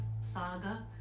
saga